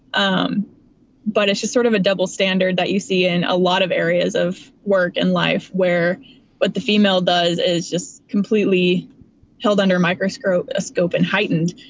um but it's just sort of a double standard that you see in a lot of areas of work and life where what the female does is just completely held under a microscope, a scope and heightened,